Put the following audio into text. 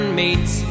meets